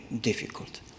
difficult